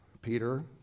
Peter